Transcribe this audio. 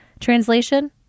Translation